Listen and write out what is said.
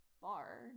bar